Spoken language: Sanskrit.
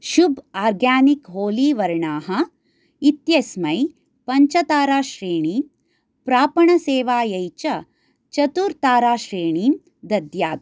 शुभ् आर्गानिक् होलि वर्णाः इत्यस्मै पञ्चताराश्रेणीं प्रापणसेवायै च चतुर् ताराश्रेणीं दद्यात्